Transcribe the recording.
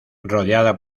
rodeada